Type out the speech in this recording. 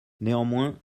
néanmoins